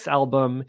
album